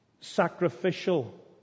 sacrificial